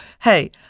hey